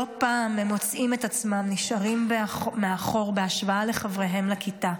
לא פעם הם מוצאים את עצמם נשארים מאחור בהשוואה לחבריהם לכיתה,